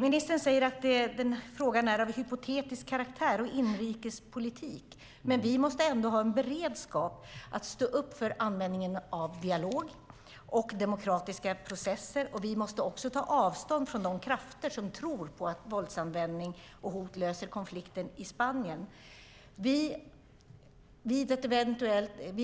Ministern säger att frågan är av hypotetisk karaktär och inrikespolitisk. Men vi måste ändå ha en beredskap att stå upp för användningen av dialog och demokratiska processer, och vi måste också ta avstånd från de krafter som tror på att våldsanvändning och hot löser konflikten i Spanien. Vid